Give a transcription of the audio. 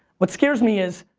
what scares me is,